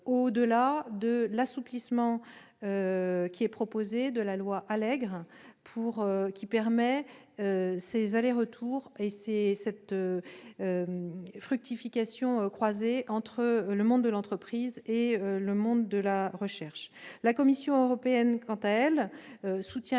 en plus de l'assouplissement proposé de la loi Allègre, afin de permettre des allers-retours et une fructification croisée entre le monde de l'entreprise et celui de la recherche. La Commission européenne, quant à elle, accompagne également